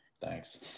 Thanks